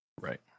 right